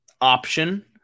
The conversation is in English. option